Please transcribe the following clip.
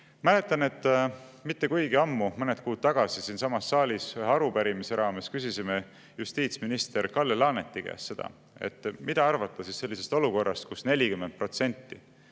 Mäletan, et mitte kuigi ammu, mõned kuud tagasi siinsamas saalis ühe arupärimise raames küsisime justiitsminister Kalle Laaneti käest, mida arvata sellisest olukorrast, kus 40%